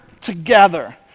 together